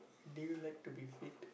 do you like to be fit